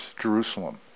Jerusalem